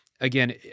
again